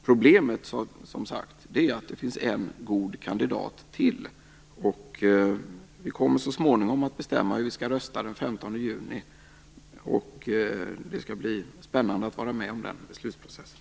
Problemet är, som sagt var, att det finns ytterligare en god kandidat, och vi kommer så småningom att bestämma hur vi skall rösta den 15 juni. Det skall bli spännande att vara med om den beslutsprocessen.